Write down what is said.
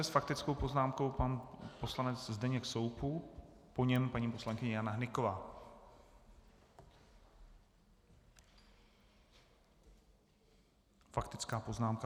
S faktickou poznámkou pan poslanec Zdeněk Soukup, po něm paní poslankyně Jana Hnyková, faktická poznámka.